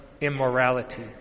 immorality